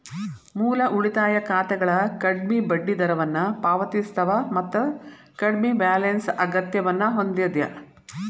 ಮೂಲ ಉಳಿತಾಯ ಖಾತೆಗಳ ಕಡ್ಮಿ ಬಡ್ಡಿದರವನ್ನ ಪಾವತಿಸ್ತವ ಮತ್ತ ಕಡ್ಮಿ ಬ್ಯಾಲೆನ್ಸ್ ಅಗತ್ಯವನ್ನ ಹೊಂದ್ಯದ